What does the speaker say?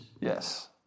Yes